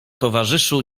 towarzyszu